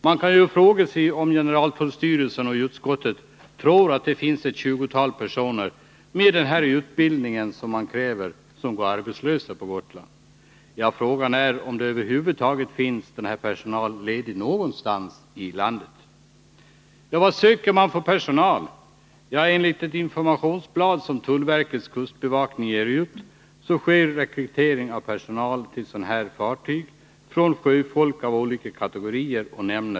Man kan fråga sig om generaltullstyrelsen och utskottet tror att det finns ett 20-tal personer med den utbildning som krävs som går arbetslösa på Gotland. Frågan är om denna personal finns ledig på någon plats över huvud taget i landet. Vad söker man för personal? Enligt ett informationsblad som tullverkets kustbevakning ger ut sker rekrytering av personal till sådana här fartyg från sjöfolk av olika kategorier.